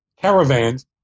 caravans